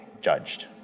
judged